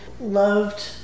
Loved